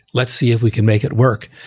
let's see if we can make it work.